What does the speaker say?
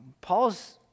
Paul's